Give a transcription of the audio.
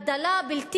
הגדלה בלתי